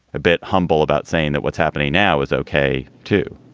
a bit humble about saying that what's happening now is ok, too.